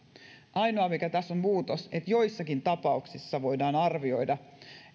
ainoa mikä tässä on muutos on että joissakin tapauksissa voidaan arvioida